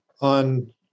on